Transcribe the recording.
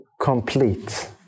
complete